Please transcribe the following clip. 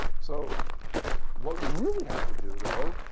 so what you really have to do, though,